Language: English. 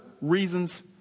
reasons